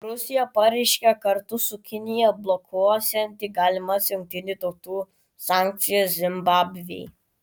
rusija pareiškė kartu su kinija blokuosianti galimas jungtinių tautų sankcijas zimbabvei